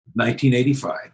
1985